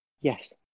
Yes